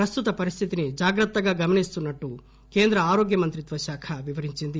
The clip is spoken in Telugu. ప్రస్తుతం పరిస్థితిని జాగ్రత్తగా గమనిస్తున్నట్టు కేంద్ర ఆరోగ్యమంత్రిత్వశాఖ వివరించింది